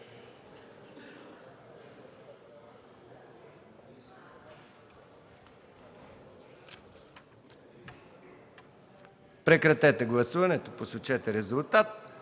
Прекратете гласуването, посочете резултат.